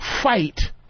fight